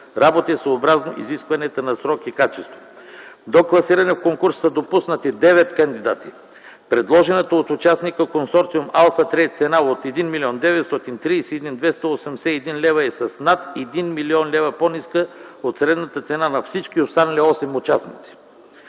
работи съобразно изискванията за срок и качество. До класиране в конкурса са допуснати 9 кандидати. Предложената цена от участник - Консорциум „Алфа”, от 1 млн. 931 хил. 281 лв. е с над 1 млн. лв. по-ниска от средната цена на всички останали осем участника.